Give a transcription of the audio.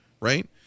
Right